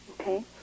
Okay